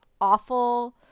awful